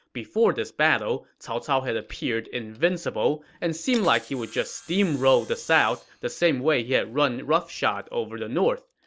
before this battle, cao cao had appeared invincible and seemed like he would just steamroll the south the same way he had run roughshod over the north.